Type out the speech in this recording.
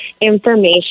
information